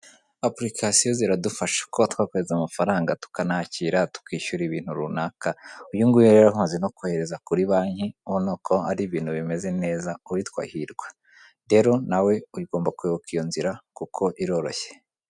Apurikasiyo ziradufasha kuba twakohereza amafaranga, tukanakira, tukishyura ibintu runaka. Uyu nguyu rero amaze no kohereza kuri banki, urabona ko ari ibintu bimeze neza ku witwa Hirwa. Rero nawe ugomba kwibuka iyo nzira kuko iroroshye.